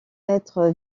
être